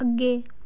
ਅੱਗੇ